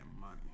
money